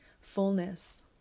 fullness